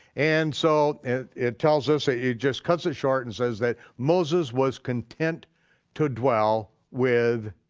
and so it it tells us, ah it just cuts it short, and says that moses was content to dwell with